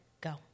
go